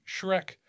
Shrek